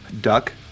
Duck